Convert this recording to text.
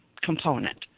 component